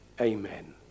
Amen